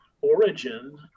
origin